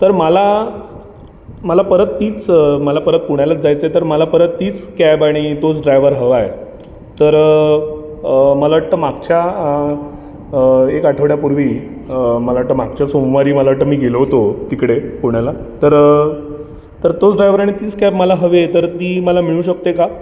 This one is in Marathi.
तर मला मला परत तीच मला परत पुण्यालाच जायचंय तर मला परत तीच कॅब आणि तोच ड्रायवर हवा आहे तर मला वाटतं मागच्या एक आठवड्यापूर्वी मला वाटतं मागच्या सोमवारी मला वाटतं मी गेलो होतो तिकडे पुण्याला तर तर तोच ड्रायवर आणि तीच कॅब मला हवे आहे तर ती मला मिळू शकते का